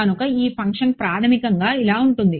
కనుక ఈ ఫంక్షన్ ప్రాథమికంగా ఇలా ఉంటుంది